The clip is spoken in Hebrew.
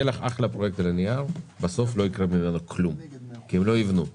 יהיה לך אחלה פרויקט על הנייר אבל בסוף לא יקרה אתו כלום כי הם לא יבנו.